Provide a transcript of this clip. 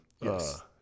Yes